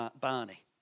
Barney